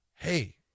Hey